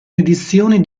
edizioni